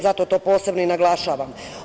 Zato to posebno naglašavam.